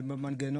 והם במנגנון,